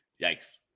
Yikes